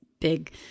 big –